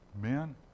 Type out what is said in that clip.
Men